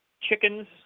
chickens